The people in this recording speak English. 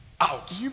out